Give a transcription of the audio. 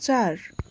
चार